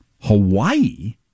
Hawaii